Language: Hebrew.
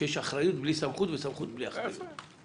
שיש אחריות בלי סמכות וסמכות בלי אחריות.